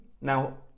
Now